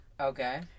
Okay